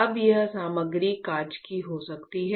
अब यह सामग्री कांच की हो सकती है